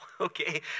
okay